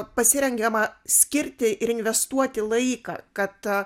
pasirengiama skirti ir investuoti laiką kad